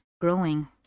growing